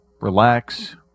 relax